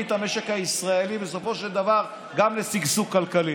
את המשק הישראלי בסופו של דבר גם לשגשוג כלכלי,